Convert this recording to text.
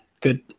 good